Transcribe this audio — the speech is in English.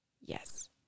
Yes